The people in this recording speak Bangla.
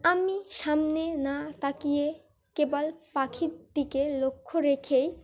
আমি সামনে না তাকিয়ে কেবল পাখির দিকে লক্ষ্য রেখেই